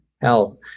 hell